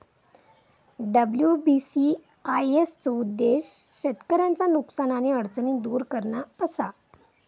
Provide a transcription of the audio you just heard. WBCIS चो उद्देश्य शेतकऱ्यांचा नुकसान आणि अडचणी दुर करणा असा